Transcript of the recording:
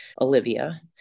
Olivia